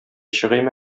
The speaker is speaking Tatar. чыгыйм